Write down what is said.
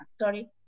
sorry